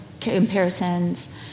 comparisons